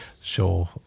sure